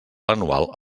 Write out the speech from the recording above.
anual